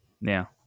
now